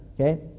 okay